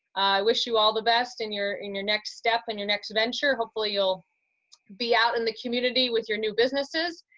wish you all the best in your in your next step and your next venture. hopefully you'll be out in the community with your new businesses,